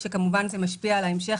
כאשר כמובן זה משפיע על ההמשך,